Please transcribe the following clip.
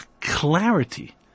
clarity